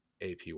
APY